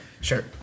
Sure